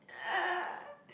uh